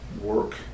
work